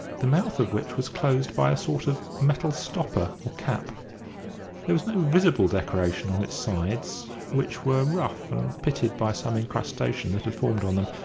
the mouth of which was closed by a sort of metal stopper or cap there was no visible decoration on its sides, which were rough and pitted by some incrustation that had formed on them,